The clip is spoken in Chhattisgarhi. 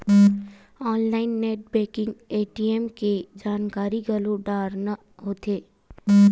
ऑनलाईन नेट बेंकिंग ए.टी.एम के जानकारी घलो डारना होथे